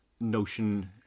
notion